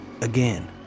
Again